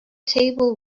table